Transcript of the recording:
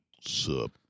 Sup